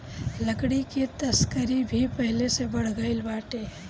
लकड़ी के तस्करी भी पहिले से बढ़ गइल बाटे